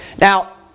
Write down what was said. Now